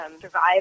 survive